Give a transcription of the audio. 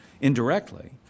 indirectly